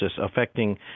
affecting